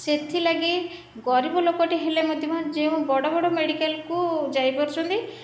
ସେଥିଲାଗି ଗରିବ ଲୋକଟି ହେଲେ ମଧ୍ୟ ଯେଉଁ ବଡ଼ ବଡ଼ ମେଡିକାଲକୁ ଯାଇପାରୁଛନ୍ତି